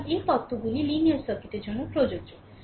সুতরাং এই তত্ত্বগুলি লিনিয়ার সার্কিটের জন্য প্রযোজ্য